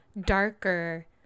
darker